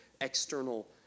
external